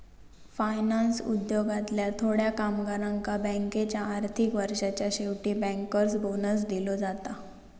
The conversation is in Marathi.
फायनान्स उद्योगातल्या थोड्या कामगारांका बँकेच्या आर्थिक वर्षाच्या शेवटी बँकर्स बोनस दिलो जाता